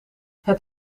het